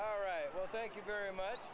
all right well thank you very much